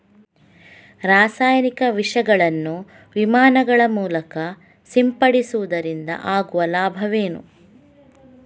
ರಾಸಾಯನಿಕ ವಿಷಗಳನ್ನು ವಿಮಾನಗಳ ಮೂಲಕ ಸಿಂಪಡಿಸುವುದರಿಂದ ಆಗುವ ಲಾಭವೇನು?